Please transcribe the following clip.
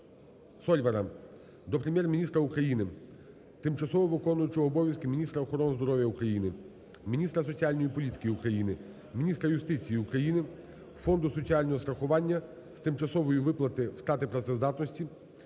Сольвара до Прем'єр-міністра України, тимчасово виконуючої обов'язки міністра охорони здоров'я України, міністра соціальної політики України, міністра юстиції України, Фонду соціального страхування з тимчасової втрати працездатності,